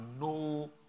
no